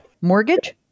Mortgage